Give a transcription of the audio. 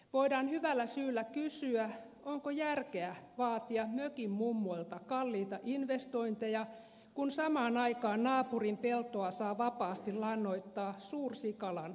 voidaan hyvällä syyllä kysyä onko järkeä vaatia mökinmummoilta kalliita investointeja kun samaan aikaan naapurin peltoa saa vapaasti lannoittaa suursikalan jätöksillä